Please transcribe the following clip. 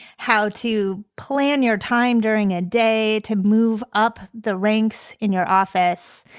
how to plan your time during a day to move up the ranks in your office.